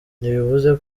ntibivuze